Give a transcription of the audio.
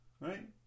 right